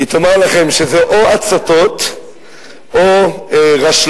היא תאמר לכם שזה או הצתות או רשלנות,